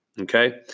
Okay